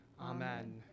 amen